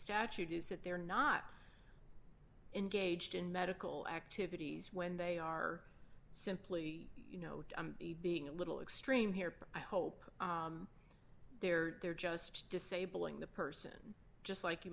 statute is that they're not engaged in medical activities when they are simply you know being a little extreme here i hope they're they're just disabling the person just like you